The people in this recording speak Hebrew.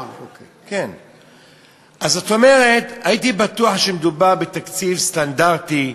זאת אומרת, הייתי בטוח שמדובר בתקציב סטנדרטי,